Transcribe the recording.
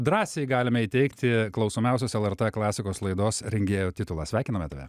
drąsiai galime įteikti klausomiausios lrt klasikos laidos rengėjo titulą sveikiname tave